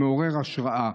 מעורר השראה.